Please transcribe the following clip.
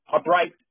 upright